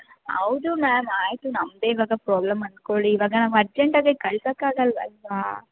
ಹೌದು ಮ್ಯಾಮ್ ಆಯಿತು ನಮ್ಮದೇ ಇವಾಗ ಪ್ರಾಬ್ಲಮ್ ಅಂದ್ಕೊಳಿ ಇವಾಗ ನಾವು ಅರ್ಜೆಂಟಾಗಿ ಕಳ್ಸಕೆ ಆಗಲ್ಲ ಅಲ್ವಾ